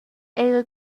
era